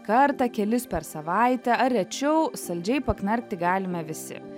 kartą kelis per savaitę ar rečiau saldžiai paknarkti galime visi